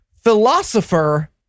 philosopher